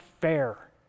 fair